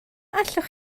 allwch